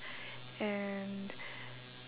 and